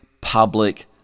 public